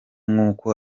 nk’uko